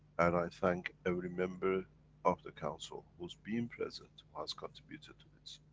and i thank every member of the council, who's been present or has contributed to this.